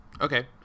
Okay